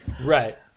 Right